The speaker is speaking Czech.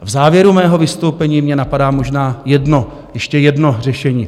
V závěru mého vystoupení mě napadá možná jedno, ještě jedno řešení.